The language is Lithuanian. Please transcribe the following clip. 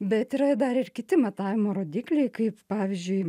bet yra dar ir kiti matavimo rodikliai kaip pavyzdžiui